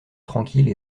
tranquille